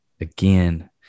again